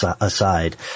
aside